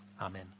Amen